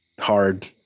hard